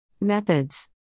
Methods